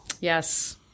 Yes